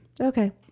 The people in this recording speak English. Okay